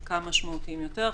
חלקם משמעותיים יותר,